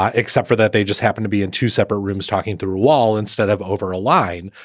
ah except for that, they just happen to be in two separate rooms talking through a wall instead of over a line.